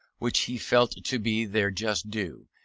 which he felt to be their just due,